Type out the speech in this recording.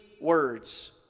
words